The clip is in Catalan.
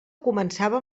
començava